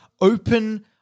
open